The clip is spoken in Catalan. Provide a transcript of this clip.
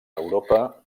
europa